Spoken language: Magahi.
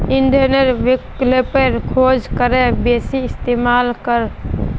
इंधनेर विकल्पेर खोज करे बेसी इस्तेमाल कर